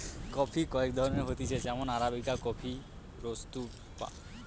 coffee কয়েক ধরণের হতিছে যেমন আরাবিকা কফি, রোবুস্তা